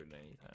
anytime